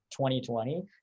2020